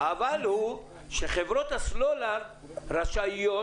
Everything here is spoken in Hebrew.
ה"אבל" הוא שחברות הסלולר רשאיות